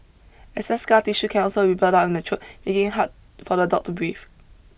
excess scar tissue can also build up in the throat making it hard for the dog to breathe